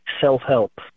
self-help